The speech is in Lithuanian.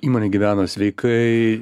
įmonė gyvena sveikai